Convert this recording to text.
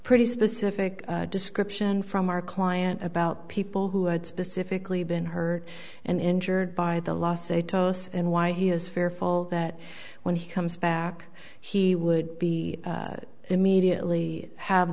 pretty specific description from our client about people who had specifically been hurt and injured by the law say toasts and why he has fearful that when he comes back he would be immediately have